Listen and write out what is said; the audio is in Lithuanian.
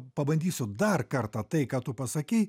pabandysiu dar kartą tai ką tu pasakei